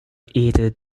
either